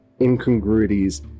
incongruities